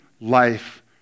life